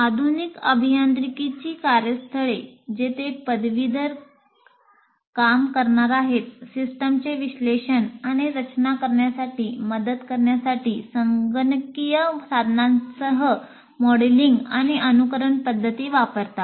आधुनिक अभियांत्रिकीची कार्यस्थळे जेथे पदवीधर काम करणार आहेत सिस्टमचे विश्लेषण आणि रचना करण्यासाठी मदत करण्यासाठी संगणकीय साधनांसह मॉडेलिंग आणि अनुकरण पद्धती वापरतात